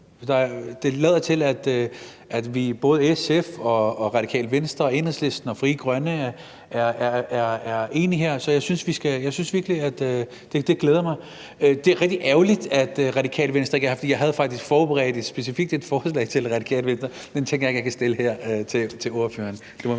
det lader til, at både SF, Radikale Venstre, Enhedslisten og Frie Grønne er enige. Det glæder mig. Det er rigtig ærgerligt, at Radikale Venstre ikke er her, for jeg havde faktisk forberedt et specifikt spørgsmål til dem, men jeg tænker ikke, at jeg skal stille det til ordføreren.